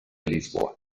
lisboa